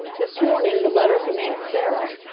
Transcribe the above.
this morning the letter from aunt sarah,